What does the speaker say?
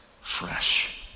fresh